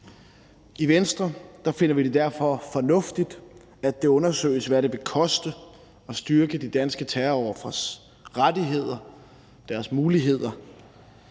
I Venstre finder vi det derfor fornuftigt, at det undersøges, hvad det vil koste at styrke de danske terrorofres rettigheder og deres muligheder